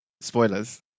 Spoilers